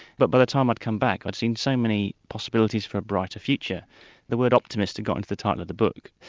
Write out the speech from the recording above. but by the time i'd come back, i'd seen so many possibilities for a brighter future the word optimist had got into the title of the book.